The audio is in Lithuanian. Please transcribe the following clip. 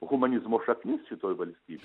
humanizmo šaknis šitoj valstybėj